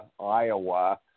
Iowa